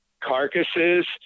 carcasses